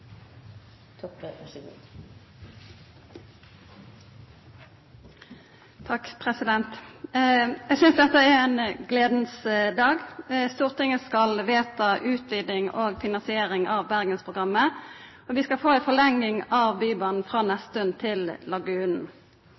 ein gledas dag. Stortinget skal vedta utviding og finansiering av Bergensprogrammet, og vi skal få ei forlenging av Bybanen frå Nesttun til Lagunen.